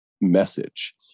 message